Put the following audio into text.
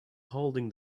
holding